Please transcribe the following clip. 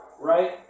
right